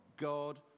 God